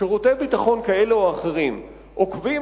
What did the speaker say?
שירותי ביטחון כאלה או אחרים עוקבים